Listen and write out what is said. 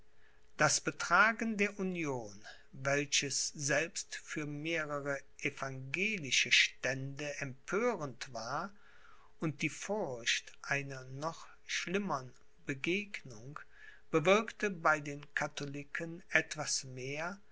das betragen der union welches selbst für mehrere evangelische stände empörend war und die furcht einer noch schlimmern begegnung bewirkte bei den katholiken etwas mehr